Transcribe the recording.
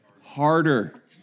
Harder